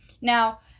Now